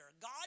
God